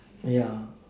ya